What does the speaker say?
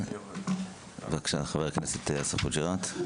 חבר הכנסת חוג'יראת, בבקשה.